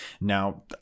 Now